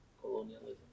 Colonialism